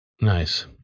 Nice